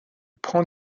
prend